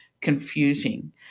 confusing